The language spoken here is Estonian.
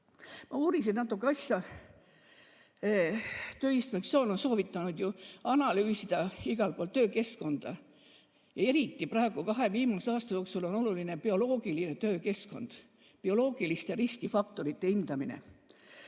Uurisin natuke asja. Tööinspektsioon on soovitanud analüüsida igal pool töökeskkonda. Eriti praegu, kahe viimase aasta jooksul on oluline bioloogiline töökeskkond, bioloogiliste riskifaktorite hindamine.